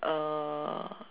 uh